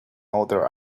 other